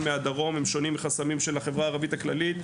מהדרום שונים מחסמים של החברה הערבית הכללית,